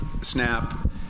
SNAP